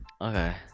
okay